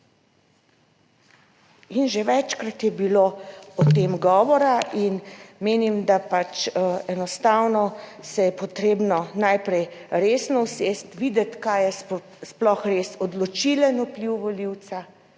In že večkrat je bilo o tem govora in menim, da pač enostavno se je potrebno najprej resno usesti, videti, kaj je sploh res odločilen vpliv volivca.